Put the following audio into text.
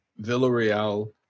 Villarreal